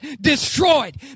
destroyed